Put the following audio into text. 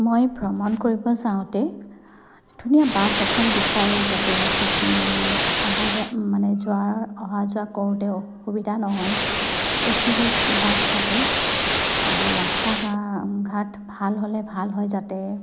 মই ভ্ৰমণ কৰিব যাওঁতে ধুনীয়া বাছ এখন বিচাৰোঁ যাতে অহা যোৱা মানে যোৱাৰ অহা যোৱা কৰোঁতে অসুবিধা নহয় এ চি বেছ বাছ থাকে আৰু ৰাস্তা ঘ ঘাট ভাল হ'লে ভাল হয় যাতে